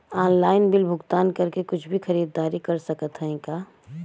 Online bill भुगतान करके कुछ भी खरीदारी कर सकत हई का?